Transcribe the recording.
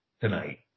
tonight